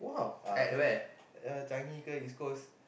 ah so uh Changi ke East-Coast